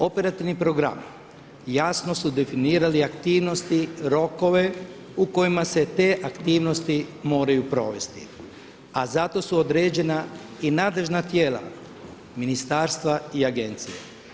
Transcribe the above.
Operativni programi jasno su definirali aktivnosti, rokove u kojima se te aktivnosti moraju provesti, a za to su određena i nadležna tijela, ministarstva i agencije.